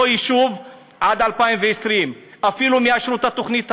יישוב עד 2020. אפילו אם יאשרו את התוכנית היום,